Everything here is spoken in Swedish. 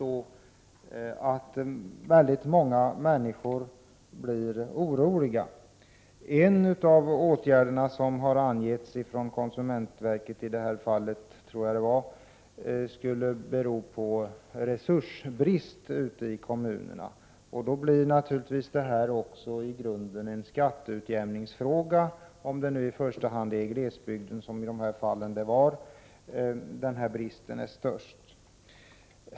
Detta för med sig att många människor blir oroliga. En av de orsaker som angetts av konsumentverket är resursbrist ute i kommunerna. Detta blir då en skatteutjämningsfråga, om det är i glesbygden som bristen på resurser är störst.